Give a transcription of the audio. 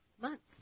months